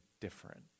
different